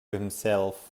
himself